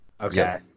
Okay